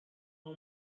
اون